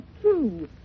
true